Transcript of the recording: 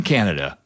Canada